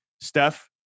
Steph